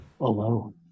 alone